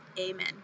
Amen